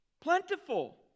Plentiful